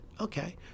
Okay